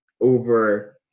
over